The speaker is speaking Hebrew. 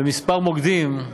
בכמה מוקדים,